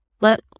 let